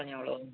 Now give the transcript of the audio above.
പറഞ്ഞോളു